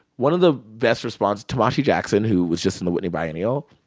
one of the best response tomashi jackson, who was just in the whitney biennial,